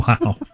Wow